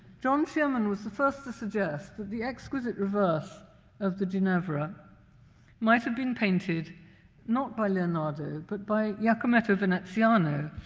john shearman was the first to suggest that the exquisite reverse of the ginevra might have been painted not by leonardo but by jacometto veneziano,